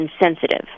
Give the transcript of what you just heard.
insensitive